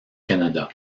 canada